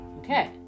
Okay